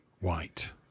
white